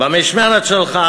במשמרת שלך,